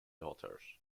daughters